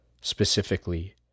specifically